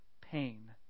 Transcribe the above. pain